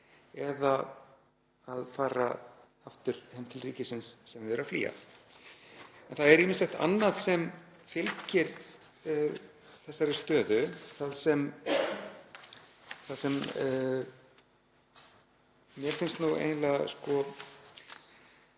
eða að fara aftur heim til ríkisins sem þau eru að flýja. En það er ýmislegt annað sem fylgir þessari stöðu. Það sem mér finnst eiginlega